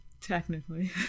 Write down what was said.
Technically